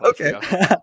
Okay